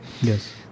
Yes